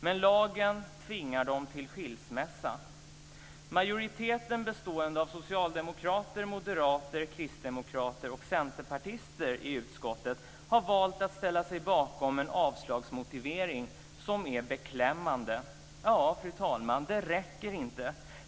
Men lagen tvingar dem till skilsmässa. Majoriteten bestående av socialdemokrater, moderater, kristdemokrater och centerpartister i utskottet har valt att ställa sig bakom en avslagsmotivering som är beklämmande. Ja, fru talman, det räcker inte.